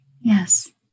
yes